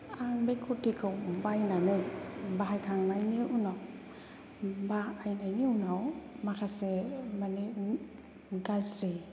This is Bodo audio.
आं बे कुर्तिखौ बायनानै बाहायखांनायनि उनाव बाहायनायनि उनाव माखासे माने गाज्रि